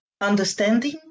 understanding